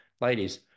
Ladies